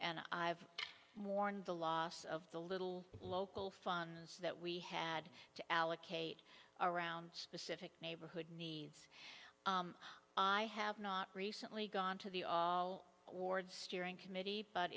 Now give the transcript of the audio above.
and i have mourned the loss of the little local funds that we had to allocate around specific neighborhood needs i have not recently gone to the all ward steering committee but